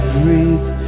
breathe